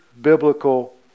biblical